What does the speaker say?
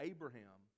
Abraham